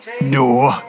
No